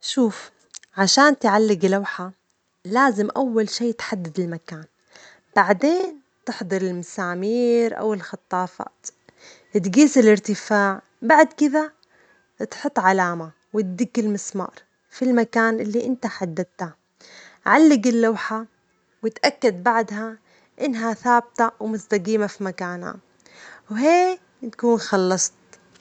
شوف، عشان تعلّج لوحة، لازم أول شي تحدّد المكان، بعدين تحضّر المسامير أو الخطافات، تجيس الارتفاع، بعد كذا تحط علامة وتدج المسمار في المكان اللي انت حددته، علّج اللوحة وتأكد بعدها إنها ثابتة ومستجيمة في مكانها، وهيك بكون خلصت.